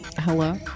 hello